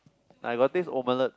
I got taste omelette